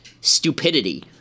stupidity